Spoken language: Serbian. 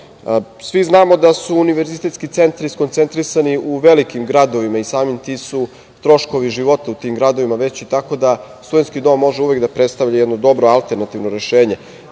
Svi znamo da su univerzitetski centri skoncentrisani u velikim gradovima i samim tim su troškovi života u tim gradovima veći, tako da studentski dom može uvek da predstavlja jedno dobro alternativno rešenje. Kao